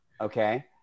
Okay